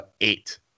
Eight